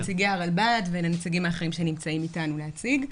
ואני גם רוצה לאפשר לנציגי הרלב"ד ונציגים אחרים שנמצאים איתנו להציג.